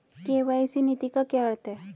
KYC नीति का क्या अर्थ है?